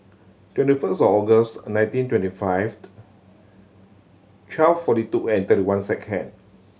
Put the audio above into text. twenty first August nineteen twenty five twelve forty two and thirty one second